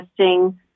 testing